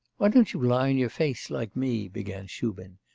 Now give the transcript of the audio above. why don't you lie on your face, like me began shubin.